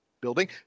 building